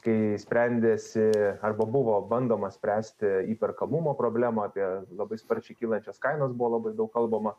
kai sprendėsi arba buvo bandoma spręsti įperkamumo problemą apie labai sparčiai kylančias kainas buvo labai daug kalbama